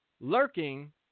lurking